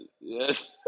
Yes